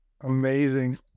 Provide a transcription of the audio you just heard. Amazing